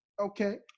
okay